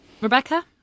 Rebecca